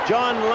John